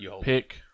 pick